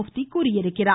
்ப்தி தெரிவித்திருக்கிறார்